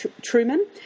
Truman